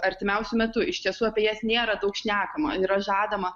artimiausiu metu iš tiesų apie jas nėra daug šnekama yra žadama